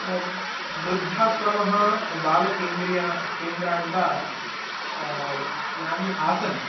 वृद्धाश्रमः बालकेन्द्रिया केन्द्राणि वा यानि आसन्